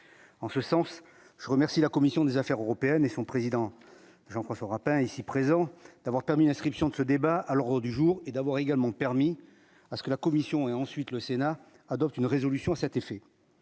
en ce sens, je remercie la commission des Affaires européennes, et son président Jean fera pas ici présent, d'avoir permis l'inscription de ce débat à l'ordre du jour et d'avoir également permis à ce que la commission et ensuite, le Sénat adopte une résolution à cet effet,